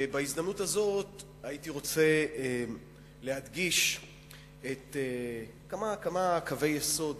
ובהזדמנות הזאת הייתי רוצה להדגיש כמה קווי יסוד